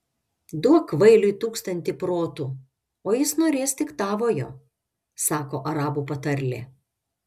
duok kvailiui tūkstantį protų o jis norės tik tavojo sako arabų patarlė